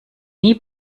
nie